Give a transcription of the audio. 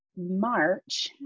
March